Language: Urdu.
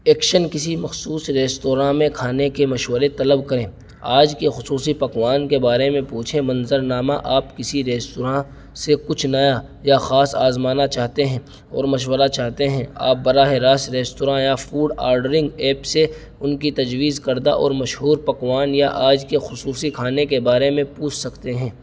ایکشن کسی مخصوص ریستوراں میں کھانے کے مشورے طلب کریں آج کے خصوصی پکوان کے بارے میں پوچھیں منظرنامہ آپ کسی ریستوراں سے کچھ نیا یا خاص آزمانا چاہتے ہیں اور مشورہ چاہتے ہیں آپ براہ راست ریستوراں یا فوڈ آڈرنگ ایپ سے ان کی تجویز کردہ اور مشہور پکوان یا آج کے خصوصی کھانے کے بارے میں پوچھ سکتے ہیں